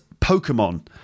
Pokemon